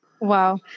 Wow